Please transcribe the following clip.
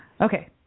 Okay